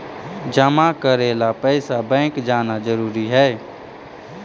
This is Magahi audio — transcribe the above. जमा करे ला पैसा बैंक जाना जरूरी है?